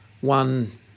one